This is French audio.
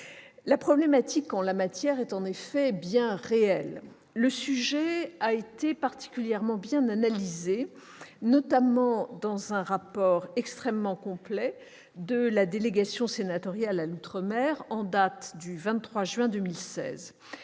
La problématique en la matière est en effet bien réelle. Le sujet a été particulièrement bien analysé, notamment dans un rapport extrêmement complet de la délégation sénatoriale à l'outre-mer, en date du 23 juin 2016.